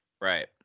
Right